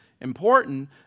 important